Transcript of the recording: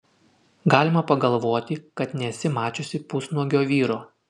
galima pagalvoti kad nesi mačiusi pusnuogio vyro